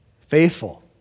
Faithful